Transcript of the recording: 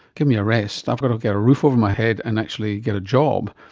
give me a rest, i've got to get a roof over my head and actually get a job,